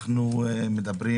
אנחנו מדברים